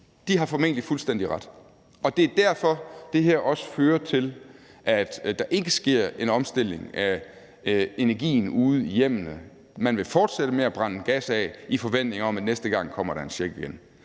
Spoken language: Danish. har formentlig fuldstændig ret, og det er også derfor, at det her fører til, at der ikke sker en omstilling af energien ude i hjemmene, og man vil fortsætte med at brænde gas af i forventning om, at der næste gang igen kommer en check.